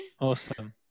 awesome